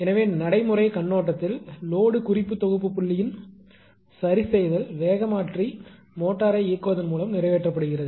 எனவே நடைமுறைக் கண்ணோட்டத்தில் லோடு குறிப்பு தொகுப்பு புள்ளியின் சரிசெய்தல் வேகமாற்றி மோட்டாரை இயக்குவதன் மூலம் நிறைவேற்றப்படுகிறது